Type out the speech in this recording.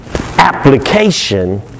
application